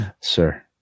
sir